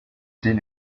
den